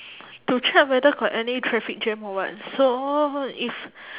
to check whether got any traffic jam or what so if